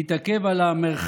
תודה רבה לך,